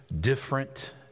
different